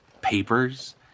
papers